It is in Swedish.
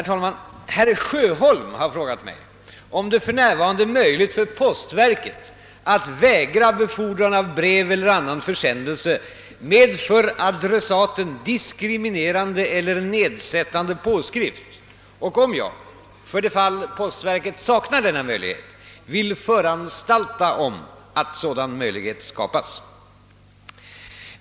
Herr talman! Herr Sjöholm har frågat mig, om det för närvarande är möjligt för postverket att vägra befordran av brev eller annan försändelse med för adressaten diskriminerande eller nedsättande påskrift och om jag — för det fall postverket saknar denna möjlighet — vill föranstalta om att sådan möjlighet skapas.